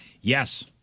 Yes